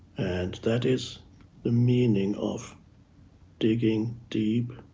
and that is the meaning of digging deep